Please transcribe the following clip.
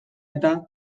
eta